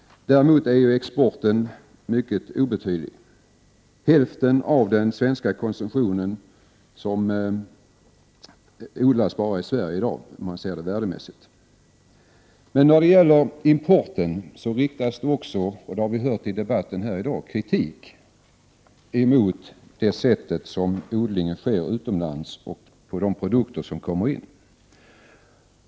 Däremot är exporten mycket obetydlig. Bara hälften av den svenska konsumtionen odlas i Sverige i dag, om man ser det värdemässigt. När det gäller importen riktas det kritik, och det har vi hört i debatten i dag, mot odlingen utomlands och mot de produkter som förs in. Herr talman!